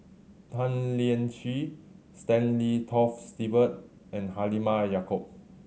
Tan Lian Chye Stanley Toft Stewart and Halimah Yacob